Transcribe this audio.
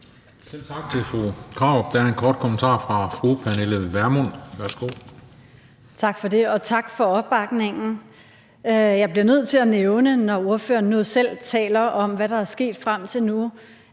Selv tak til fru Marie Krarup. Der er en kort bemærkning fra fru Pernille Vermund. Kl. 14:40 Pernille Vermund (NB): Tak for det, og tak for opbakningen. Jeg bliver nødt til at nævne, når ordføreren nu selv taler om, hvad der er sket frem til nu,